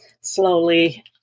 slowly